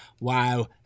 Wow